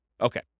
Okay